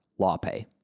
LawPay